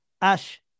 Ash